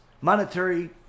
monetary